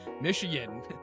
Michigan